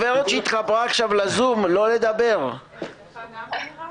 ונעשית עבודה טובה בתוך המוקד,